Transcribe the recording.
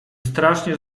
strasznie